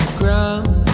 ground